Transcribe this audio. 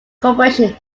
corporation